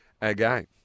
again